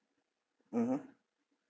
mmhmm